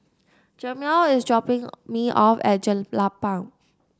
Jamel is dropping me off at Jelapang